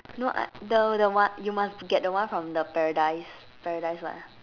no I the the one you must get the one from the paradise paradise what ah